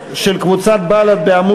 רזרבה לפעולות